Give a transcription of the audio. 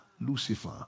Lucifer